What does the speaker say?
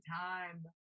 time